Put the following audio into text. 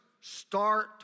start